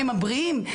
הם הבריאים,